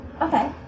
Okay